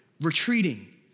retreating